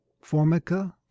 formica